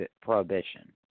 prohibition